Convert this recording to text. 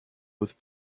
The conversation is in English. with